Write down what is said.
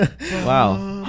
Wow